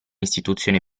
istituzione